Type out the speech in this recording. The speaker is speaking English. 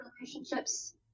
relationships